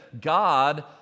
God